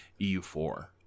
EU4